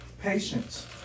Patience